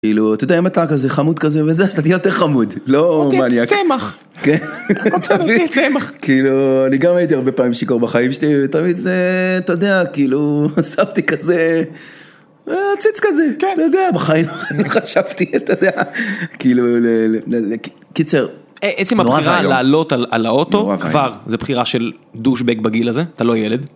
כאילו אתה יודע אם אתה כזה חמוד כזה וזה אז אתה תהיה יותר חמוד, לא מניאק. אוקיי, צמח, הכל בסדר, אתה תהיה צמח. כאילו אני גם הייתי הרבה פעמים שיכור בחיים שלי ותמיד זה אתה יודע כאילו עשה אותי כזה, אתה יודע, עציץ כזה בחיים לא חשבתי את זה כאילו קיצר. עצם הבחירה לעלות על האוטו זה בחירה של דושבג בגיל הזה, אתה יודע, אתה כבר לא ילד.